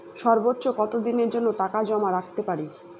সর্বোচ্চ কত দিনের জন্য টাকা জমা রাখতে পারি?